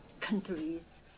countries